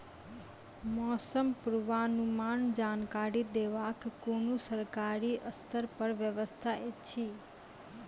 मौसम पूर्वानुमान जानकरी देवाक कुनू सरकारी स्तर पर व्यवस्था ऐछि?